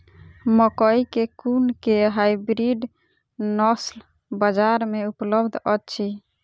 मकई केँ कुन केँ हाइब्रिड नस्ल बजार मे उपलब्ध अछि?